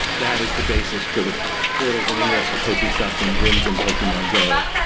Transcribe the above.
that is the basis for the portals in ingress, the pokestops and gyms in pokemon go.